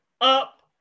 up